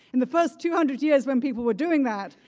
in the first two hundred years when people were doing that,